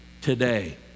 today